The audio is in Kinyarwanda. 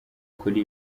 kuri